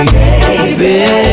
baby